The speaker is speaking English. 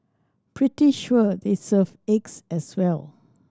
pretty sure they serve eggs as well